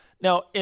Now